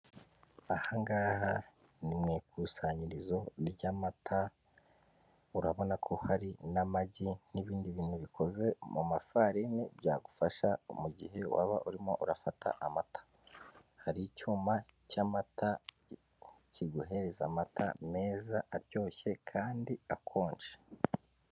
Ahangaha ni mu ikusanyirizo ry' amata. Urabona ko hari n'amagi n'ibindi bintu bikoze mu mafarini byagufasha mugihe waba urimo urafata amata. Hari icyuma cy'amata kiguhereza amata meza aryoshye kandi akonje.